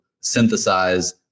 synthesize